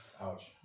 Ouch